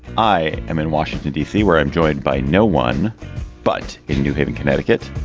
i am in washington, d c, where i'm joined by no one but in new haven, connecticut,